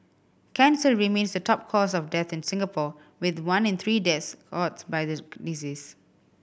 cancer remains the top cause of death in Singapore with one in three deaths caused by the disease